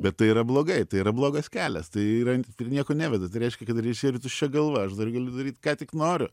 bet tai yra blogai tai yra blogas kelias tai yra niekur neveda tai reiškia kad režisieriui tuščia galva galiu daryt ką tik noriu